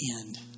end